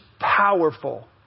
powerful